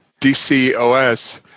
DCOS